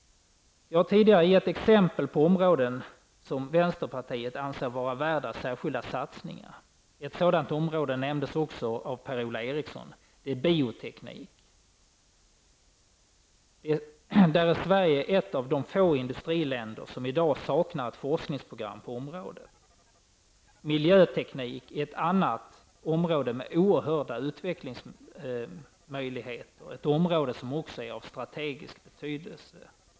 Jag har tidigare gett exempel på områden som vänsterpartiet anser värda särskilda satsningar. Ett sådant område nämndes också av Per-Ola Eriksson, nämligen bioteknik. Sverige är ett av de få industriländer som i dag saknar ett forskningsprogram på området. Miljöteknik är ett annat område med oerhörda utvecklingsmöjligheter, och ett område som också är av strategisk betydelse.